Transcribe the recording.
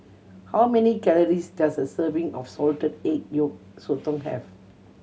how many calories does a serving of salted egg yolk sotong have